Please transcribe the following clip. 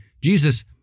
Jesus